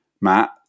Matt